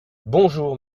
bonjour